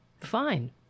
fine